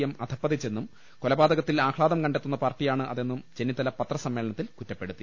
M അധപതിച്ചെന്നും കൊലപാതകത്തിൽ ആഹ്ലാദം കണ്ടെത്തുന്ന പാർട്ടിയാണ് അതെന്നും ചെന്നിത്തല പത്രസമ്മേളനത്തിൽ കുറ്റ പ്പെടുത്തി